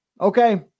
okay